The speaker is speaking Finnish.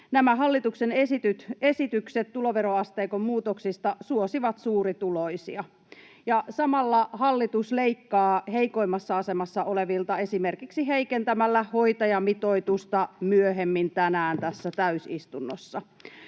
Nämä hallituksen esitykset tuloveroasteikon muutoksista suosivat suurituloisia. Samalla hallitus leikkaa heikoimmassa asemassa olevilta esimerkiksi heikentämällä hoitajamitoitusta myöhemmin tänään tässä täysistunnossa,